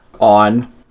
on